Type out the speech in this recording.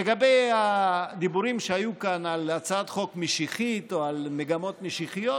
לגבי הדיבורים שהיו כאן על הצעת חוק משיחית או על מגמות משיחיות,